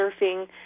surfing